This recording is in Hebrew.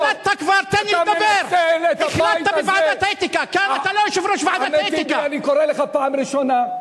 אני אגיד לך, אני היושב-ראש, ואני אגיד לך מה